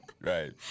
Right